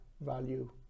value